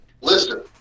Listen